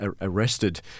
arrested